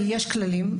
אבל יש כללים.